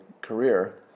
career